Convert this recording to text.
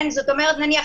נניח,